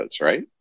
right